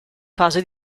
fase